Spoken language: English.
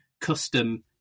custom